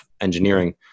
engineering